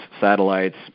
satellites